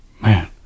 Man